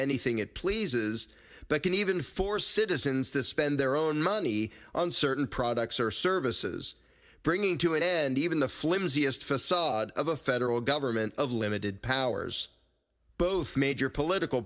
anything it pleases but can even for citizens to spend their own money on certain products or services bringing to an end even the flimsiest facade of a federal government of limited powers both major political